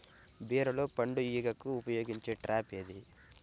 బీరలో పండు ఈగకు ఉపయోగించే ట్రాప్ ఏది?